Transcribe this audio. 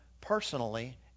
personally